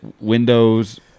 Windows